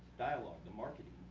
dialogue, the marketing,